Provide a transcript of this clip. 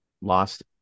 lost